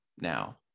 now